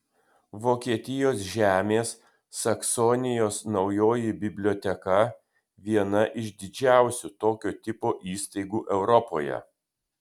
vokietijos žemės saksonijos naujoji biblioteka viena iš didžiausių tokio tipo įstaigų europoje